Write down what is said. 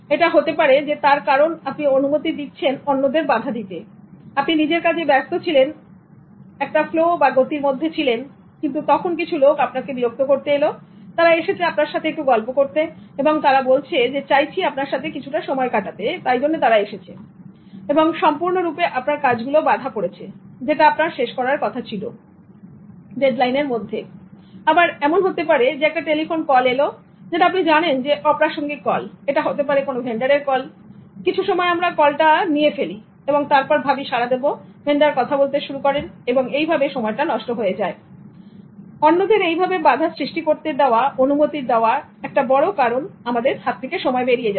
এটা হতে পারে তার কারণ আপনি অনুমতি দিচ্ছেন অন্যদের বাধা দিতে আপনি নিজের কাজে ব্যস্ত ছিলেন আপনি একটা ফ্লো বা গতির মধ্যে ছিলেন কিন্তু তখন কিছু লোক আপনাকে বিরক্ত করতে এলো তারা এসেছে আপনার সাথে একটু গল্প করতে এবং তারা বলছে যে চাইছি আপনার সাথে কিছুটা সময় কাটাতে তাই জন্য তারা এসেছে এবং সম্পূর্ণরূপে আপনার কাজগুলো বাধা পড়েছে যেটা আপনার শেষ করার কথা ছিল ডেড লাইনের মধ্যে আবার এমন হতে পারে টেলিফোন কল যেটা আপনি জানেন অপ্রাসঙ্গিক কল এটা হতে পারে কোন ভেন্ডার এর কল কিছু সময় আমরা কল টা নিয়ে নি এবং তারপর ভাবি সাড়া দেবো ভ্যানডার কথা বলতে শুরু করেন এবং এইভাবে সময়টা নষ্ট হয়ে যায় সুতরাং অন্যদের এইভাবে বাধা সৃষ্টি করতে দেওয়া অনুমতি দেওয়া একটা বড় কারণ সময় বেরিয়ে যাওয়ার